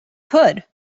could